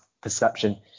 perception